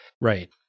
right